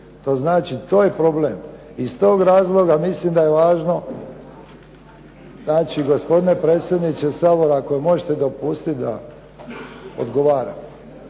To znači, to je problem. Iz tog razloga mislim da je važno. Gospodine predsjedniče Sabora, ako mi možete dopustiti da odgovaram.